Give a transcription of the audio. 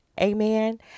Amen